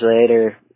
later